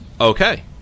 Okay